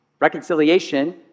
Reconciliation